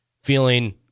feeling